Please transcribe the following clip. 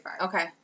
Okay